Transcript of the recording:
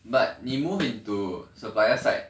but 你 move into supplier side